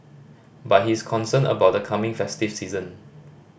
but he is concerned about the coming festive season